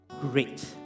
great